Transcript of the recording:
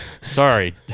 Sorry